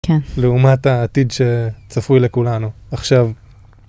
לעומת העתיד שצפוי לכולנו, עכשיו.